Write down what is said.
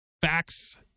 facts